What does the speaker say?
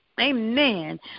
Amen